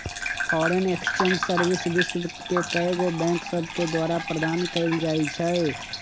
foreign exchange service विश्व के कएगो बैंक सभके द्वारा प्रदान कएल जाइ छइ